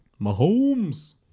Mahomes